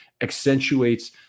accentuates